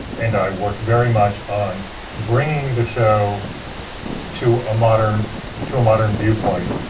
and i worked very much on bringing the show to a modern to a modern viewpoint.